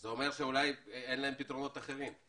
זה אומר שאולי אין להם פתרונות אחרים.